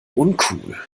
uncool